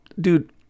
dude